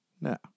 No